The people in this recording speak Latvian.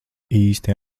īsti